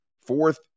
fourth